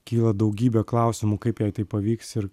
kyla daugybė klausimų kaip jai tai pavyks ir